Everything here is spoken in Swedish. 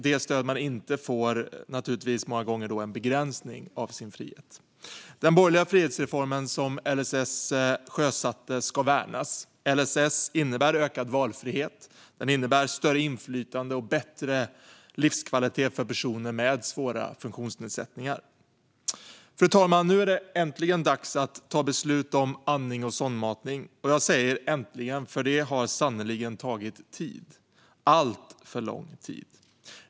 Det stöd man inte får är därför naturligtvis många gånger en begränsning av ens frihet. Den borgerliga frihetsreform som LSS sjösatte ska värnas. LSS innebär ökad valfrihet. Den innebär större inflytande och bättre livskvalitet för personer med svåra funktionsnedsättningar. Fru talman! Nu är det äntligen dags att ta beslut om andning och sondmatning. Jag säger "äntligen", för det har sannerligen tagit tid - alltför lång tid.